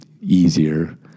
easier